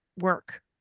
Work